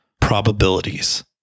probabilities